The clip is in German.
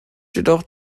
jedoch